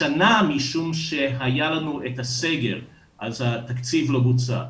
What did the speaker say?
השנה משום שהיה לנו את הסגר התקציב לא בוצע.